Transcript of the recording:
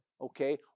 okay